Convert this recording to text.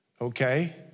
Okay